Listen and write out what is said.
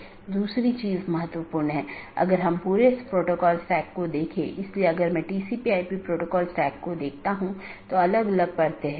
तो इसके लिए कुछ आंतरिक मार्ग प्रोटोकॉल होना चाहिए जो ऑटॉनमस सिस्टम के भीतर इस बात का ध्यान रखेगा और एक बाहरी प्रोटोकॉल होना चाहिए जो इन चीजों के पार जाता है